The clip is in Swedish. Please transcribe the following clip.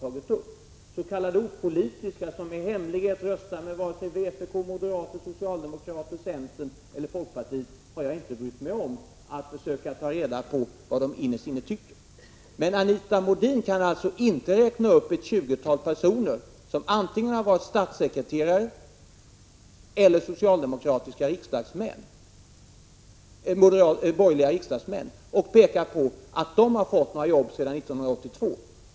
När det gäller s.k. opolitiska personer — personer som i hemlighet röster på vpk, moderaterna, socialdemokraterna, centern eller folkpartiet — har jag inte brytt mig om att försöka ta reda på vad de innerst inne tycker. Anita Modin kan emellertid inte räkna upp ett tjugotal personer som antingen har varit borgerliga statssekreterare eller borgerliga riksdagsmän och peka på att de har fått några jobb sedan 1982.